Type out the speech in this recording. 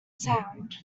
sound